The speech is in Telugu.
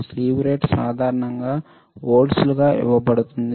స్లీవ్ రేటు సాధారణంగా వోల్ట్లుగా ఇవ్వబడుతుంది